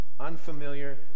unfamiliar